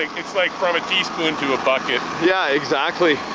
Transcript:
it's like from a teaspoon to a bucket. yeah, exactly.